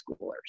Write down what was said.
schoolers